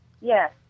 Yes